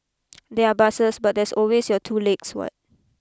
there are buses but there are always your two legs what